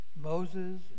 Moses